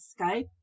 Skype